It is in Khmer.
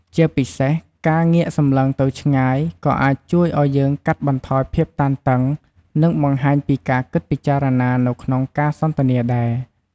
ជាពិសេស ការងាកសំឡឹងទៅឆ្ងាយ ក៏អាចជួយអោយយើងកាត់បន្ថយភាពតានតឹង និងបង្ហាញពីការគិតពិចារណានៅក្នុងការសន្ទនាដែរ។